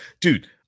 Dude